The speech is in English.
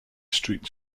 street